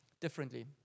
differently